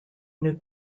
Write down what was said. new